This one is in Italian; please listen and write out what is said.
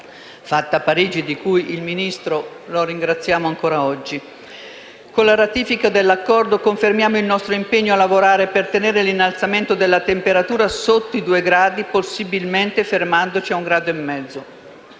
fatta a Parigi, per cui ringraziamo il Ministro ancora oggi. Con la ratifica dell'accordo confermiamo il nostro impegno a lavorare per tenere l'innalzamento della temperatura sotto i due gradi, possibilmente fermandoci a 1,5 gradi.